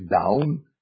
down